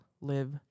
Live